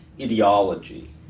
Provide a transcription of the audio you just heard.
ideology